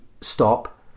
stop